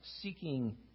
seeking